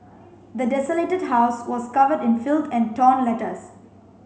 the desolated house was covered in filth and torn letters